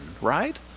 right